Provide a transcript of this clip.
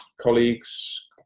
colleagues